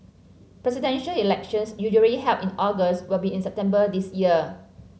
Presidential Elections usually held in August will be in September this year